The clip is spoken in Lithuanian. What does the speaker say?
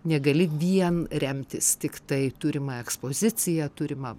negali vien remtis tiktai turima ekspozicija turima